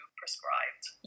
prescribed